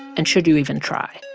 and should you even try?